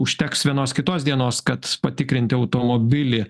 užteks vienos kitos dienos kad patikrinti automobilį